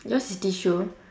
yours is tissue